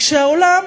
כשהעולם,